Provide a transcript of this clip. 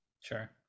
Sure